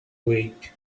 wait